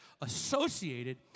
associated